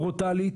ברוטלית,